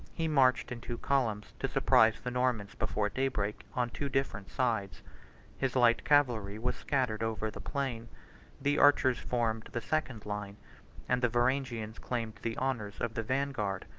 he marched in two columns to surprise the normans before daybreak on two different sides his light cavalry was scattered over the plain the archers formed the second line and the varangians claimed the honors of the vanguard.